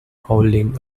holding